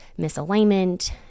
misalignment